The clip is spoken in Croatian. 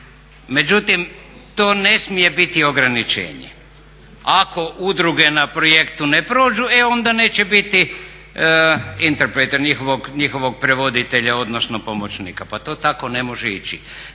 Međutim, to ne smije biti ograničenje. Ako udruge na projektu ne prođu e onda neće biti intepreta, njihovog prevoditelja odnosno pomoćnika. Pa to tako ne može ići.